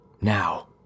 Now